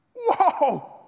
whoa